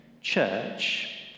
church